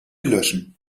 löschen